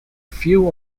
few